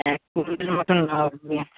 এক কুইন্টাল মতন লাগবে